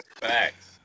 Facts